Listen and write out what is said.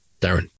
Darren